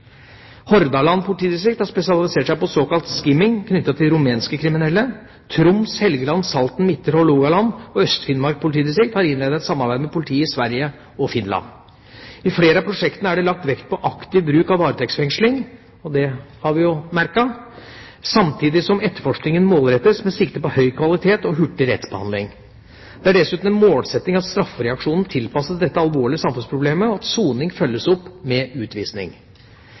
Hordaland politidistrikt har spesialisert seg på såkalt skimming knyttet til rumenske kriminelle. Troms, Helgeland, Salten, Midtre Hålogaland og Østfinnmark politidistrikter har innledet et samarbeid med politiet i Sverige og Finland. I flere av prosjektene er det lagt vekt på aktiv bruk av varetektsfengsling – og det har vi jo merket – samtidig som etterforskningen målrettes med sikte på høy kvalitet og hurtig rettsbehandling. Det er dessuten en målsetting at straffereaksjonene tilpasses dette alvorlige samfunnsproblemet, og at soning følges opp med utvisning.